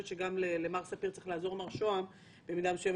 שגם למר ספיר צריך לעזור מר שהם במידה מסוימת.